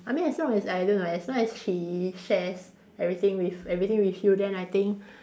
I mean as long as I don't know as long as she shares everything with everything with you then I think